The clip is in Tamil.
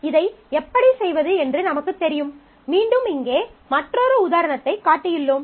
இதை எப்படி செய்வது என்று நமக்குத் தெரியும் மீண்டும் இங்கே மற்றொரு உதாரணத்தைக் காட்டியுள்ளோம்